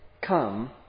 Come